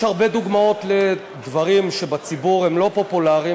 יש הרבה דוגמאות לדברים שבציבור הם לא פופולריים,